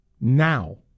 now